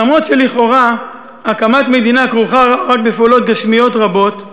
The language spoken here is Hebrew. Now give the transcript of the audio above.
למרות שלכאורה הקמת מדינה כרוכה רק בפעולות גשמיות רבות,